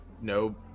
no